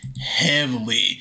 heavily